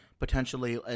potentially